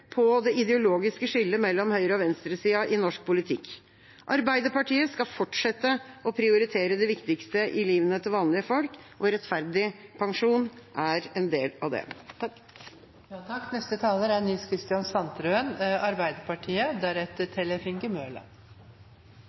på det ideologiske skillet mellom høyre- og venstresida i norsk politikk. Arbeiderpartiet skal fortsette å prioritere det viktigste i livet til vanlige folk, og rettferdig pensjon er en del av det. Norge er